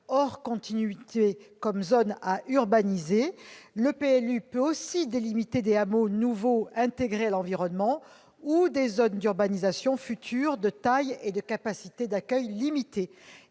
hors continuité comme zone à urbaniser. Le PLU peut aussi délimiter des hameaux nouveaux intégrés à l'environnement ou des zones d'urbanisation future de taille et de capacité d'accueil limitées.